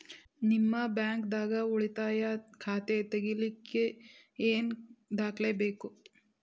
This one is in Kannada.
ನಿಮ್ಮ ಬ್ಯಾಂಕ್ ದಾಗ್ ಉಳಿತಾಯ ಖಾತಾ ತೆಗಿಲಿಕ್ಕೆ ಏನ್ ದಾಖಲೆ ಬೇಕು?